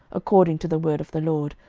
according to the word of the lord,